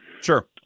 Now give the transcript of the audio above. sure